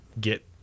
get